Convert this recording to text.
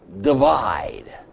divide